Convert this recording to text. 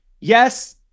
yes